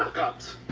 cops.